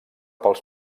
pels